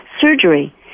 surgery